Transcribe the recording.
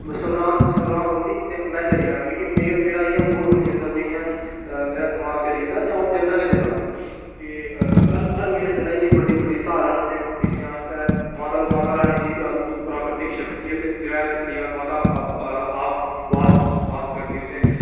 संगरांद औंदी ते में चली आना मिगी मेरा मूढ़ बनी आंदा मेरा दमाक चली आंदा ते में जन्ना गै जन्ना उत्थै हर म्हीने जन्ना इन्नी बड़ी बड़ी धारां उत्थै दिक्खने आस्तै ते माता माता रानी दी अदभुत प्राकृतिक शक्ति ऐ उत्थै पिंडियां न माता आप बास बास करदी उत्थै